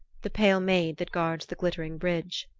the pale maid that guards the glittering bridge.